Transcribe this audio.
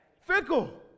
Fickle